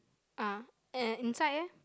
ah and inside eh